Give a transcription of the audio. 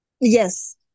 Yes